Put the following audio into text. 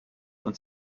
und